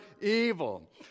evil